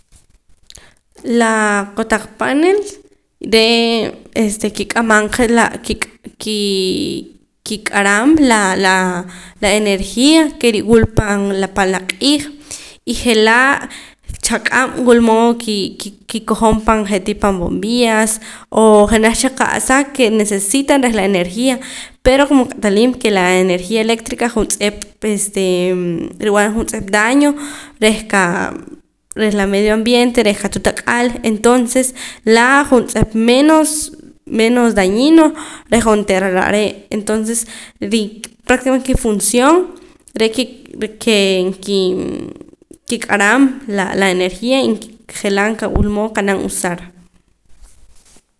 Laa kotaq panel ree' este kik'amam qa la kik'am kii kiik'aram laa la energía ke riwula pan pan la q'iij y je'laa chaq'ab' wulmood ki kikojom pan je'tii pan bombillas o janaj cha qa'sa ke necesitan reh la energía pero como qat'aliim ke la energía eléctrica juntz'ep este rib'an juntz'ep daño reh qa reh la medio ambiente reh qatuut ak'al entonces laa' juntz'ep menos menos dañino reh jontera lare' entonces ri prácticamente kifunción re' ke re' nkii nkik'aram la la energía y je'laa qa wulmood qa'nam usar